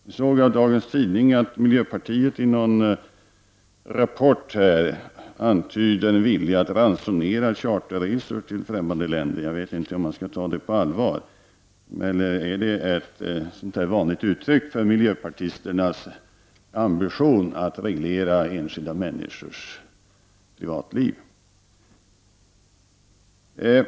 Jag såg i dagens tidning att miljöpartiet i någon rapport antyder en vilja att ransonera charterresor till främmande länder. Jag vet inte om jag skall ta det på allvar eller om det är ett vanligt uttryck för miljöpartisternas ambition att reglera enskilda människors privatliv.